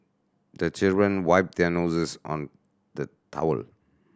the children wipe their noses on the towel